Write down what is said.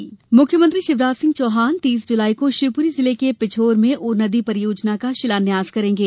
उर नदी परियोजना मुख्यमंत्री शिवराज सिह चौहान तीस जुलाई को शिवपुरी जिले के पिछोर में उर नदी परियोजना का शिलान्यास करेंगे